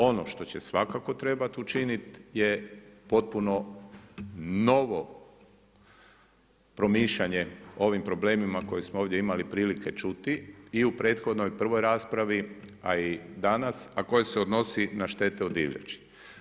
Ono što će svakako trebat učinit je potpuno novo promišljanje o ovim problemima koje smo ovdje imali prilike čuti i u prethodnoj prvoj raspravi, a i danas a koje se odnosi na štete od divljači.